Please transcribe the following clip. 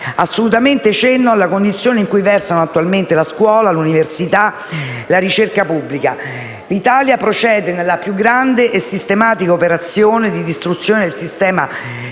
fa minimamente accenno alla condizione in cui versano attualmente la scuola, l'università e la ricerca pubblica. L'Italia procede nella più grande e sistematica operazione di distruzione del sistema